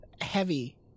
Heavy